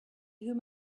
whom